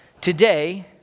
today